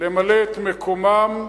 למלא את מקומם.